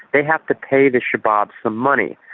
they have to pay the shabaab some money.